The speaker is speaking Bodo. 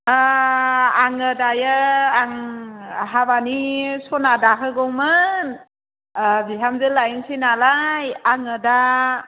ओ आङो दायो आं हाबानि सना दाहोगौमोन ओ बिहामजो लायनोसै नालाय आङो दा